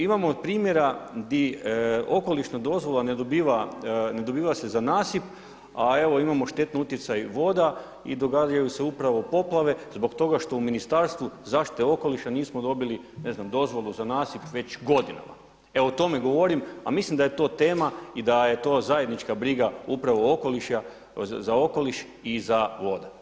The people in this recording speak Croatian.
Imamo primjera gdje okolišnu dozvolu ne dobiva se za nasip, a imamo štetni utjecaj voda i događaju se upravo poplave zbog toga što u Ministarstvu zaštite okoliša nismo dobili dozvolu za nasip već godinama, evo o tome govorim, a mislim da je to tema i da je to zajednička briga upravo za okoliš i za vode.